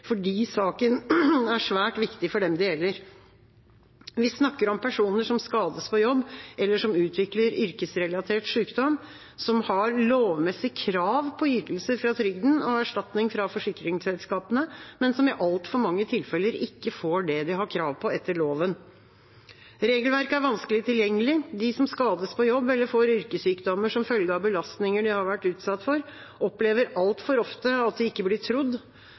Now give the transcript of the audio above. fordi saken er svært viktig for dem det gjelder. Vi snakker om personer som skades på jobb, eller som utvikler yrkesrelatert sykdom, som har lovmessig krav på ytelser fra trygden og erstatning fra forsikringsselskapene, men som i altfor mange tilfeller ikke får det de har krav på etter loven. Regelverket er vanskelig tilgjengelig. De som skades på jobb, eller som får yrkessykdommer som følge av belastninger de har vært utsatt for, opplever altfor ofte at de ikke blir trodd.